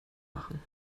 machen